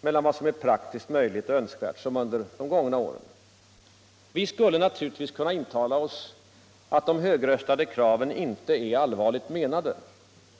mellan vad som är praktiskt möjligt och vad som är önskvärt som under gångna år. Vi skulle naturligtvis kunna intala oss att de högröstade kraven inte är allvarligt menade.